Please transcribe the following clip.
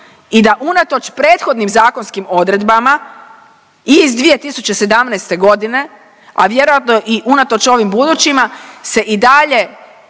i da unatoč prethodnim zakonskim odredbama i iz 2017.g., a vjerojatno i unatoč ovim budućima se i dalje